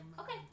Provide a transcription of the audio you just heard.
okay